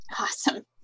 Awesome